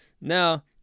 Now